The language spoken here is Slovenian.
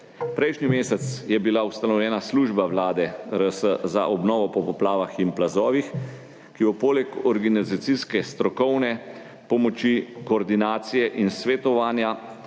Prejšnji mesec je bila ustanovljena Služba Vlade Republike Slovenije za obnovo po poplavah in plazovih, ki bo poleg organizacijske strokovne pomoči, koordinacije in svetovanja